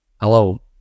hello